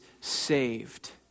saved